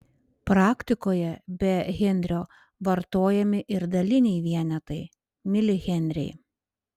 praktikoje be henrio vartojami ir daliniai vienetai milihenriai